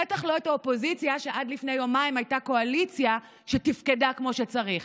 בטח לא את האופוזיציה שעד לפני יומיים הייתה קואליציה שתפקדה כמו שצריך.